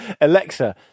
Alexa